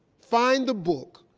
find the book,